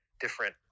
different